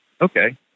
Okay